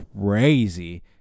crazy